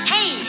Hey